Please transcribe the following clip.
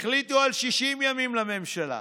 החליטו על 60 ימים לממשלה